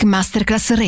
Masterclass